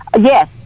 Yes